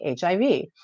HIV